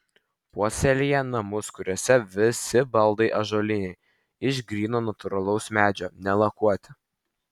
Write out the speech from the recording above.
puoselėja namus kuriuose visi baldai ąžuoliniai iš gryno natūralaus medžio nelakuoti